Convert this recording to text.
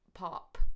pop